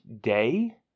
day